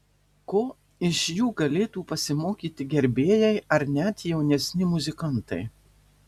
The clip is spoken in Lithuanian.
ko iš jų galėtų pasimokyti gerbėjai ar net jaunesni muzikantai